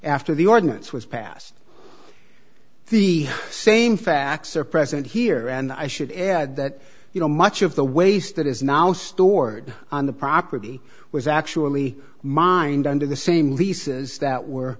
after the ordinance was passed the same facts are present here and i should add that you know much of the waste that is now stored on the property was actually mined under the same leases that were